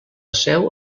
seu